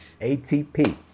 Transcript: ATP